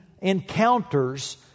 encounters